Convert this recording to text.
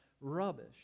rubbish